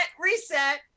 reset